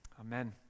Amen